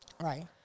right